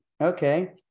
okay